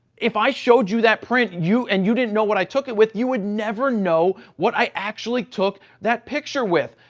if i showed you that print and you didn't know what i took it with, you would never know what i actually took that picture with.